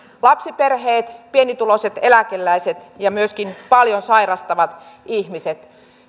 lapsiperheisiin pienituloisiin eläkeläisiin ja myöskin paljon sairastaviin ihmisiin